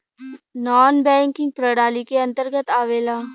नानॅ banking प्रणाली के अंतर्गत आवेला